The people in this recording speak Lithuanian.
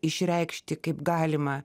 išreikšti kaip galima